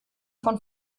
von